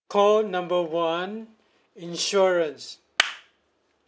call number one insurance